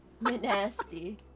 Nasty